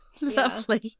lovely